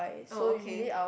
oh okay